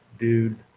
Dude